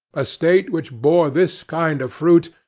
a state which bore this kind of fruit,